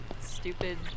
stupid